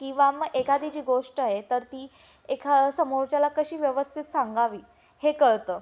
किंवा मग एखादी जी गोष्ट आहे तर ती एखा समोरच्याला कशी व्यवस्थित सांगावी हे कळतं